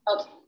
Okay